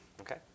Okay